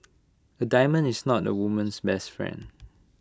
A diamond is not A woman's best friend